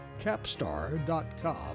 Capstar.com